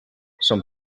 són